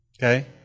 Okay